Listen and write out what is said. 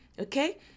Okay